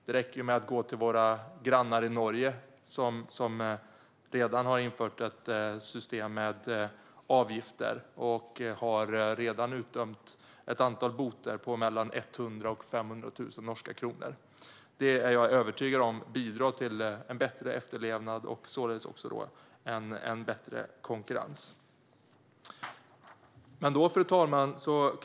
Det räcker med att gå till vårt grannland Norge, som redan har infört ett system med avgifter och redan har utdömt ett antal böter på mellan 100 000 och 500 000 norska kronor. Jag är övertygad om att det bidrar till en bättre efterlevnad och således också en bättre konkurrens. Fru talman!